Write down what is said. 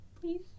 Please